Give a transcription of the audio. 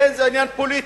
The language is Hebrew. אין זה עניין פוליטי,